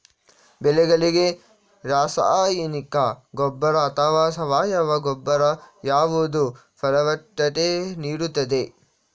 ಬೆಳೆಗಳಿಗೆ ರಾಸಾಯನಿಕ ಗೊಬ್ಬರ ಅಥವಾ ಸಾವಯವ ಗೊಬ್ಬರ ಯಾವುದು ಫಲವತ್ತತೆ ನೀಡುತ್ತದೆ?